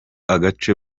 agace